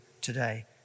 today